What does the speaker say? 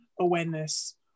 awareness